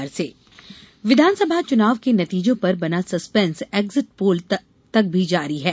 exit poll विधानसभा चुनाव के नतीजों पर बना सस्पेंस एक्जिट पोल तक भी जारी है